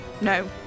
No